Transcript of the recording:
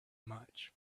much